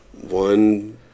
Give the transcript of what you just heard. one